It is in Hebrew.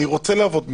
אני רוצה לעבוד מקצועי,